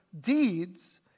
deeds